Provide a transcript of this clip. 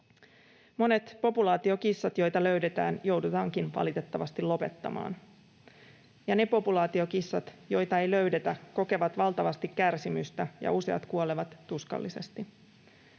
Monet populaatiokissat, jotka löydetään, joudutaankin valitettavasti lopettamaan. Ja ne populaatiokissat, joita ei löydetä, kokevat valtavasti kärsimystä, ja useat kuolevat tuskallisesti.